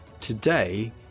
today